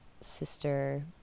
sister